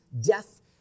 death